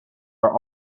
are